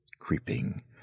creeping